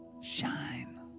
Shine